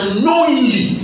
knowingly